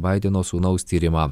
baideno sūnaus tyrimą